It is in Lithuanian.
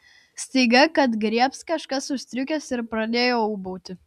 staiga kad griebs kažkas už striukės ir pradėjo ūbauti